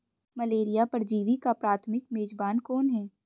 Malaria परजीवी का प्राथमिक मेजबान कौन है?